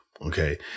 okay